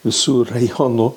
visų rajonų